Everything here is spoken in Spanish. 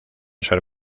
ser